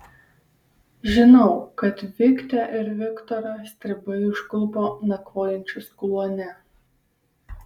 žinau kad viktę ir viktorą stribai užklupo nakvojančius kluone